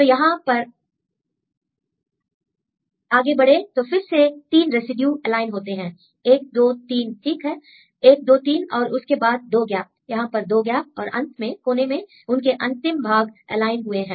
तो यहां पर तरफ आगे बढ़े तो फिर से 3 रेसिड्यू एलाइन होते हैं 1 2 3 ठीक है 1 2 3 और उसके बाद 2 गैप यहां पर 2 गैपऔर अंत में कोने में उनके अंतिम भाग एलाइन हुए हैं